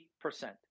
percent